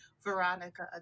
Veronica